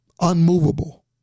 unmovable